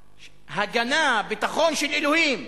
הגנה, הביטחון של אלוהים.